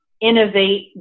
innovate